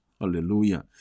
Hallelujah